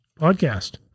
podcast